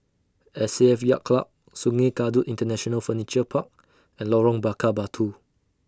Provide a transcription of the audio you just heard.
S A F Yacht Club Sungei Kadut International Furniture Park and Lorong Bakar Batu